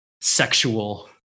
sexual